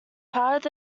part